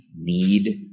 need